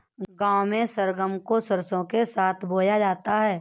गांव में सरगम को सरसों के साथ बोया जाता है